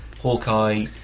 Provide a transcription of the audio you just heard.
Hawkeye